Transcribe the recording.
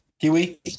Kiwi